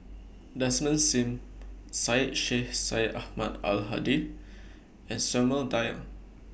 Desmond SIM Syed Sheikh Syed Ahmad Al Hadi and Samuel Dyer